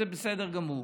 זה בסדר גמור.